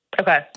Okay